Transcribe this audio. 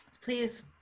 Please